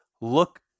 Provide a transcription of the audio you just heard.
look